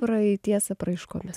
praeities apraiškomis